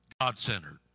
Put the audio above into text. God-centered